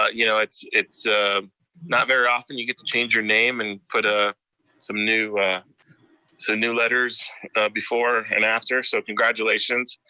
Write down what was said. ah you know it's it's ah not very often you get to change your name and put ah some new so new letters before and after, so congratulations.